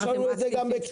יש לנו את זה גם בכתב.